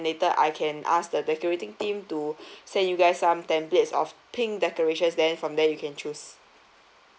later I can ask the decorating team to send you guys some templates of pink decorations then from there you can choose